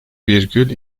virgül